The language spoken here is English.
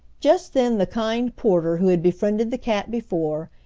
just then the kind porter who had befriended the cat before,